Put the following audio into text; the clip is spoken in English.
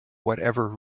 whatever